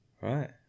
Right